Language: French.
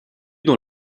dans